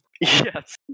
Yes